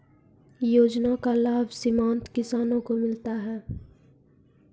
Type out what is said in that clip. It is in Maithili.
योजना का लाभ सीमांत किसानों को मिलता हैं?